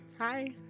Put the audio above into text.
Hi